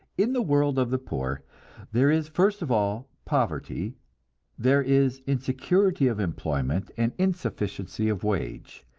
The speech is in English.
in the world of the poor there is first of all poverty there is insecurity of employment and insufficiency of wage,